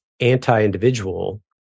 anti-individual